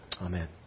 amen